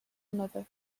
another